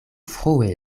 frue